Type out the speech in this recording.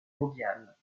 mondiale